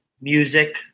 music